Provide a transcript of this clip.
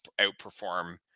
outperform